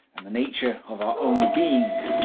and the nature of our own being,